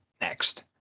next